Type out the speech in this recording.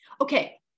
Okay